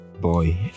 boy